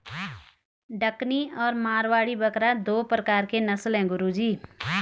डकनी और मारवाड़ी बकरा दो प्रकार के नस्ल है गुरु जी